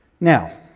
Now